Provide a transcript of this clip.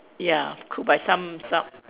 ya could by some some